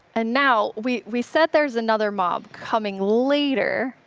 and now, we we said there's another mob coming later,